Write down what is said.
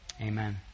Amen